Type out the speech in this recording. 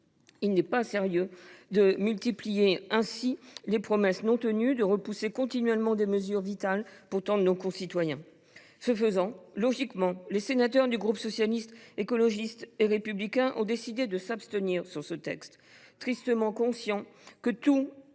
Il n’est pas sérieux de multiplier ainsi les promesses non tenues et de repousser continuellement des mesures vitales pour tant de nos concitoyens. Logiquement, les sénateurs du groupe Socialiste, Écologiste et Républicain ont donc décidé de s’abstenir sur ce texte, tristement conscients que tout